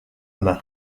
main